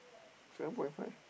seven point five